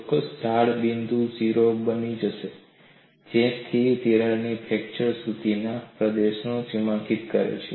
ચોક્કસ ઢાળ બિંદુએ 0 બની જશે જે સ્થિર તિરાડ થી ફ્રેક્ચર સુધીના પ્રદેશને સીમાંકિત કરે છે